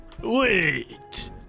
Wait